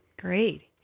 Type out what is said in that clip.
Great